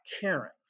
caring